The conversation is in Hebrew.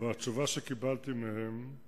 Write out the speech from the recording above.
והתשובה שקיבלתי מהם היא